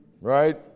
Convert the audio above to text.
right